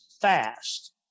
fast